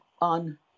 on